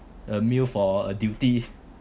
a meal for a duty